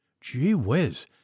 Gee-whiz